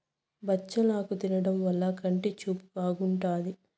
బచ్చలాకు తినడం వల్ల కంటి చూపు బాగుంటాది